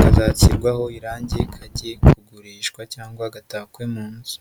kazashyirwaho irangi kajye kugurishwa cyangwa gatakwe mu nzu.